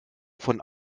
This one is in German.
von